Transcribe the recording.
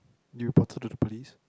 you report to the police